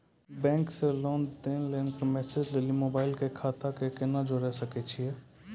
Bank से लेंन देंन के मैसेज लेली मोबाइल के खाता के केना जोड़े सकय छियै?